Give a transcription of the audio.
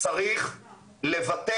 שהוא חיובי וצריך עכשיו לקחת אותו לבדיקה